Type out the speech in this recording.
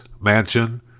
mansion